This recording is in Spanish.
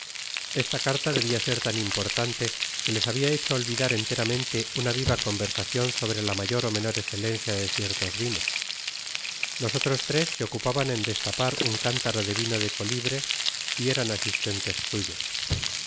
esta carta debía ser tan importante que les habia hecho olvidar enteramente una viva conversacion sobre la mayor ó menor escelencia de ciertos vinos los otros tres se ocupaban en destapar un cántaro de vino de colibre y eran asistentessuyos